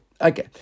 Okay